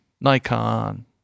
Nikon